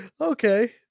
Okay